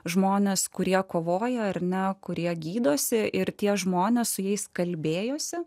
žmonės kurie kovoja ar ne kurie gydosi ir tie žmonės su jais kalbėjosi